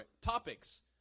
topics